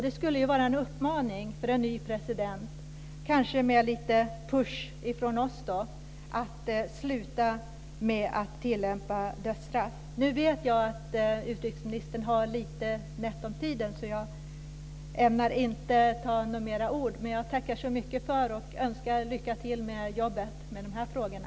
Det skulle ju vara en utmaning för en ny president att, kanske med lite push från oss, sluta att tillämpa dödsstraff. Nu vet jag att utrikesministern har lite nätt om tid, så jag ämnar inte ta någon mer replik. Jag tackar så mycket för det här och önskar lycka till med jobbet med de här frågorna.